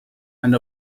and